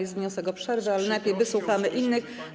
Jest wniosek o przerwę, ale najpierw wysłuchamy innych.